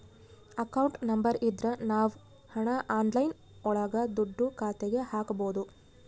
account number ಇದ್ರ ನಾವ್ ಹಣ ಆನ್ಲೈನ್ ಒಳಗ ದುಡ್ಡ ಖಾತೆಗೆ ಹಕ್ಬೋದು